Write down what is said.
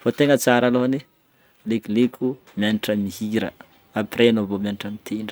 fô ny tegna tsara alohany alekoleko mianatra mihira après anao vô mianatra mitendry.